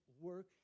work